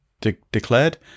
declared